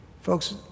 Folks